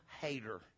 hater